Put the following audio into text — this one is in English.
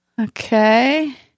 Okay